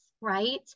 right